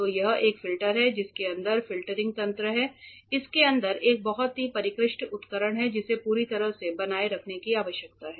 तो यह एक फिल्टर है जिसके अंदर फ़िल्टरिंग तंत्र है इसके अंदर एक बहुत ही परिष्कृत उपकरण है जिसे पूरी तरह से बनाए रखने की आवश्यकता है